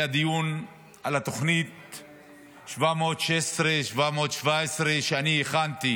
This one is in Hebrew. היה דיון על תוכנית 716, 717, שאני הכנתי